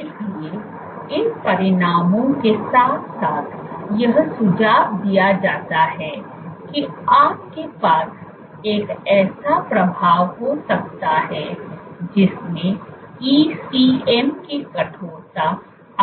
इसलिए इन परिणामों के साथ साथ यह सुझाव दिया जाता है कि आपके पास एक ऐसा प्रभाव हो सकता है जिसमें ECM की कठोरता